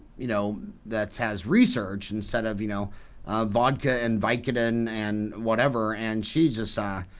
you know that has research instead of you know vodka and vicodin and whatever and she's just,